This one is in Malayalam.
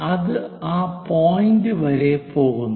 അത് ആ പോയിന്റ് വരെ പോകുന്നു